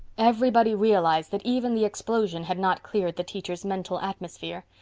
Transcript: everybody realized that even the explosion had not cleared the teacher's mental atmosphere.